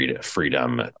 freedom